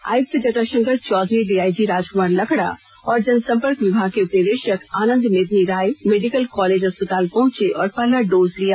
आयुक्त जटाशंकर चौधरी डीआईजी राजक्मार लकड़ा और जनसंपर्क विभाग के उपनिदेशक आनन्द मेदिनी राय मेडिकल कॉलेज अस्पताल पहुंचे और पहला डोज लिया